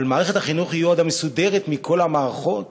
אבל מערכת החינוך היא עוד המסודרת מכל המערכות.